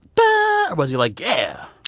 but was he like, yeah?